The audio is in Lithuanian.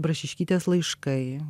brašiškytės laiškai